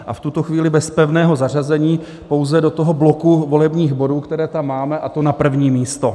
V tuto chvíli bez pevného zařazení, pouze do bloku volebních bodů, které tam máme, a to na první místo.